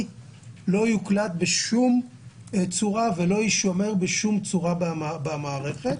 לא יוקלט בשום צורה ולא ישמר בשום צורה במערכת.